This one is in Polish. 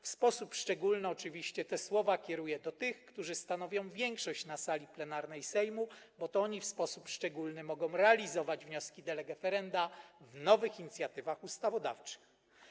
W sposób szczególny oczywiście te słowa kieruję do tych, którzy stanowią większość na sali plenarnej Sejmu, bo to oni w sposób szczególny mogą realizować wnioski de lege ferenda w nowych inicjatywach ustawodawczych.